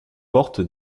porte